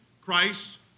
Christ